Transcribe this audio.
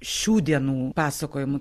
šių dienų pasakojimu